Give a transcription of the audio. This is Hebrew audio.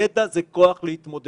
ידע זה כוח להתמודד.